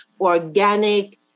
organic